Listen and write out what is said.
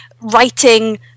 writing